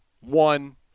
one